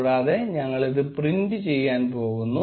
കൂടാതെ ഞങ്ങളിതു പ്രിന്റ് ചെയ്യാൻ പോകുന്നു